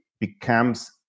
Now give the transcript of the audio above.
becomes